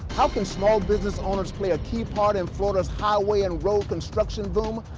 how can small business owners play a key part in florida's highway and road construction boom?